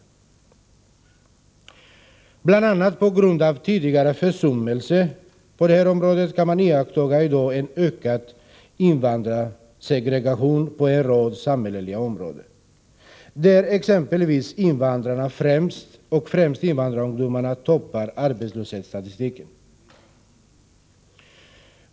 Bl. a. på grund av tidigare försummelser på det här området kan man i dag iaktta en ökad invandrarsegregation inom en rad samhälleliga områden där, för att ta ett exempel, invandrarna — och främst invandrarungdomarna — toppar arbetslöshetsstatistiken.